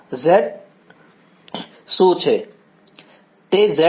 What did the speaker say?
તે Z11 કે Z12 નથી